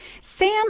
Sam